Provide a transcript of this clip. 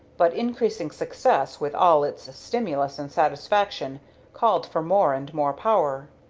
but increasing success with all its stimulus and satisfaction called for more and more power.